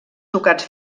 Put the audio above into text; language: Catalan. ducats